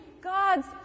God's